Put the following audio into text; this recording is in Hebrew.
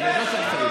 אני יודע שאני צריך.